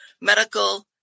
medical